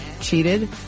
cheated